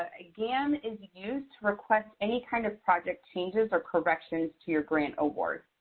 ah gam is used to request any kind of project changes or corrections to your grant award.